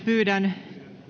pyydän